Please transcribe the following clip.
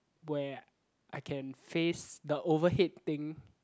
where I can face the overhead thing